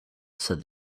said